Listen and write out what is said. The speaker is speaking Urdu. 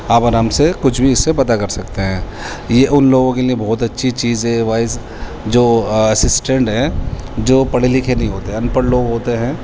آپ آرام سے کچھ بھی اس سے پتا کر سکتے ہیں یہ ان لوگوں کے لیے بہت اچھی چیز ہے وائس جو اسسٹنٹ ہیں جو پڑھے لکھے نہیں ہوتے ہیں ان پڑھ لوگ ہوتے ہیں